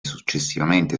successivamente